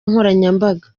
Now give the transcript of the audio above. nkoranyambaga